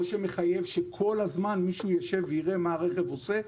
או מחייב שכל הזמן מישהו יישב ויראה מה הרכב עושה,